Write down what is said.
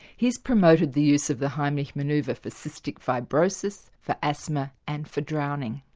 he's promoted the use of the heimlich manoeuvre ah for cystic fibrosis, for asthma and for drowning.